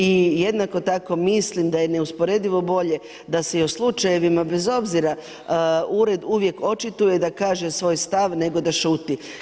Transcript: I jednako tako mislim da je neusporedivo bolje da se i u slučajevima bez obzira ured uvijek očituje da kaže svoj stav nego da šuti.